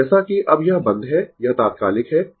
तो जैसा कि अब यह बंद है यह तात्कालिक है